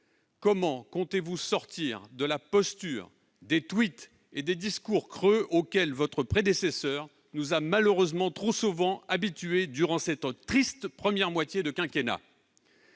comment comptez-vous sortir de la posture, des tweets et des discours creux auxquels votre prédécesseur nous a malheureusement trop souvent habitués durant cette triste première moitié de quinquennat ?